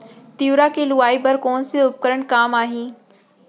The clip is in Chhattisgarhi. तिंवरा के लुआई बर कोन से उपकरण काम आही?